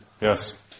Yes